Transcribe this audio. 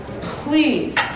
please